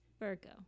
Virgo